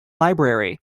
library